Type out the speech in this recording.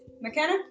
McKenna